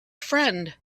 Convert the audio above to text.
friend